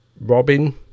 robin